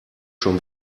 schon